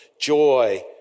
joy